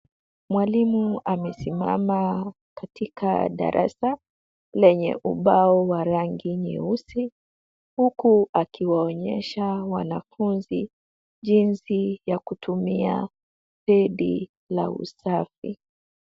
Mwalimu amesimama katika darasa lenye ubao wa rangi nyeusi huku akiwaonyesha wanafunzi jinsi ya kutumia pedi la usafi.